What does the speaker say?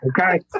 Okay